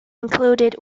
included